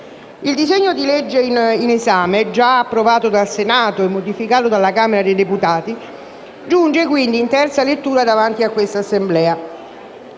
Il disegno di legge in esame, già approvato dal Senato e modificato dalla Camera dei deputati, giunge quindi in terza lettura davanti a quest'Assemblea.